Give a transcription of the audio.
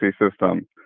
system